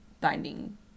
binding